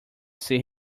ser